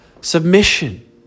submission